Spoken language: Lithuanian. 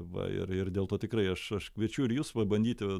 va ir ir dėl to tikrai aš aš kviečiu ir jus pabandyti